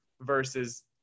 versus